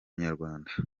inyarwanda